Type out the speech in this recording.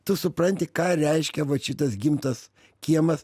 tu supranti ką reiškia vat šitas gimtas kiemas